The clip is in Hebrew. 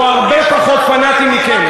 הוא הרבה פחות פנאטי מכם.